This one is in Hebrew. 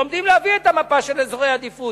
עומדים להביא את המפה של אזורי העדיפות.